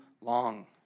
long